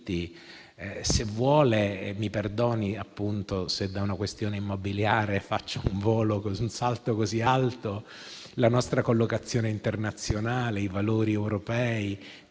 se vuole - mi perdoni se da una questione immobiliare faccio un salto così alto - la nostra collocazione internazionale e i valori europei.